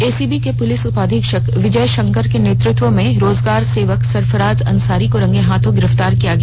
ACB के police उपाधीक्षक विजय शंकर के नेतृत्व में रोजगार सेवक सरफराज अंसारी को रंगे हाथ गिरफ्तार किया गया